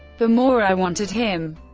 the more i wanted him.